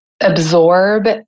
absorb